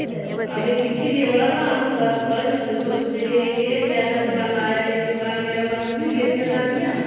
ते असें दिक्खी री एह बड़ा र्हान होंदा बड़ी इ'यां सोचने कि एह् केह् कैसा जमाना आया एह् परानियां गल्लां मुक्की गै गेदियां सारियां